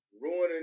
ruining